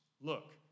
Look